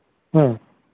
ᱦᱩᱸ